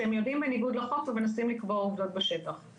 שהם יודעים שהם בניגוד לחוק ומנסים לקבוע עובדות בשטח,